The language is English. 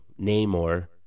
Namor